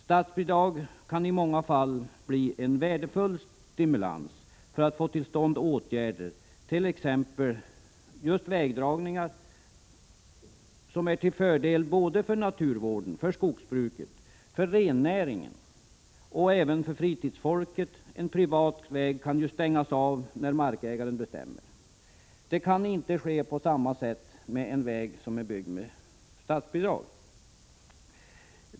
Statsbidrag kan i många fall bli en värdefull stimulans när det gäller att få till stånd åtgärder, t.ex. just vägdragningar, som är till fördel för både naturvården och skogsbruket liksom även för rennäringen och för fritidsfolket. En privat väg kan ju stängas av när markägaren bestämmer. Detta kan inte ske på samma sätt när det är fråga om en väg som är byggd med statsbidrag.